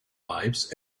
lives